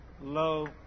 low